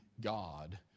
God